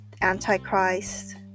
antichrist